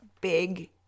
big